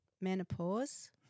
menopause